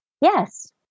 yes